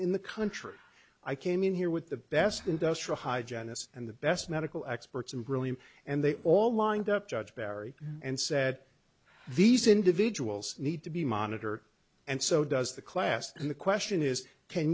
in the country i came in here with the best industrial hi janice and the best medical experts in brilliant and they all lined up judge perry and said these individuals need to be monitored and so does the class and the question is